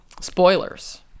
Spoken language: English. Spoilers